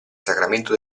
sacramento